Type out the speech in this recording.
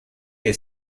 que